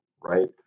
right